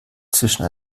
zwischen